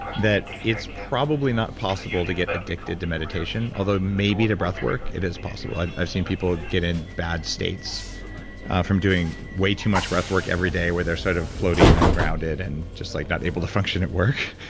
that it's probably not possible to get addicted to meditation although maybe to breathwork it is possible. i've i've seen people get in bad states from doing way too much breathwork every day where they're sort of floaty and ungrounded and just like not able to function at work.